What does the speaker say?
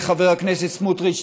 חבר הכנסת סמוטריץ,